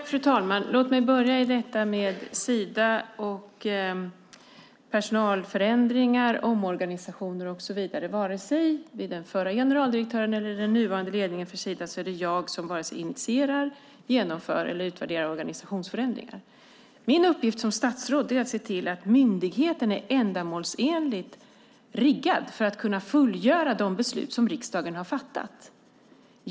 Fru talman! Låt mig börja med detta med Sida och personalförändringar, omorganisationer och så vidare. Varken med den förra generaldirektören eller med den nuvarande ledningen för Sida är det jag som initierar, genomför eller utvärderar organisationsförändringar. Min uppgift som statsråd är att se till att myndigheten är ändamålsenligt riggad för att kunna fullgöra de beslut som riksdagen har fattat.